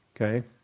Okay